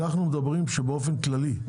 אנחנו אומרים באופן כללי,